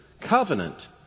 covenant